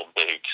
big